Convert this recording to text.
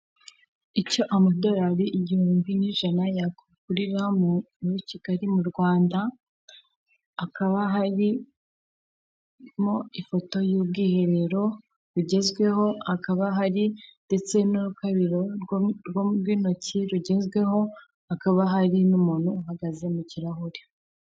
Icyo amadolari igihumbi n'ijana yakugurira muri kigali mu Rwanda, hakaba harimo ifoto y'ubwiherero bugezweho, hakaba hari ndetse n' urukarabiro rw'intoki rugezweho, hakaba hari n'umuntu uhagaze mu kirahure.